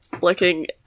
looking